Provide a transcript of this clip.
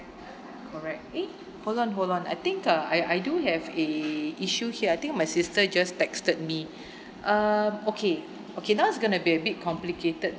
correct eh hold on hold on I think uh I I do have a issue here I think my sister just texted me uh okay okay now it's gonna be a bit complicated